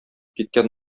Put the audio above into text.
киткән